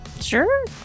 Sure